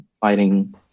Fighting